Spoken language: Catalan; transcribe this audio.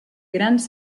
grans